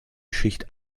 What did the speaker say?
schicht